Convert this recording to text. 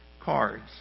cards